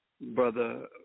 Brother